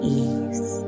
ease